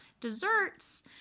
desserts